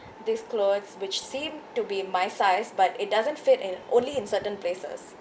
this clothes which seemed to be my size but it doesn't fit and only in certain places